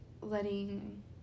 letting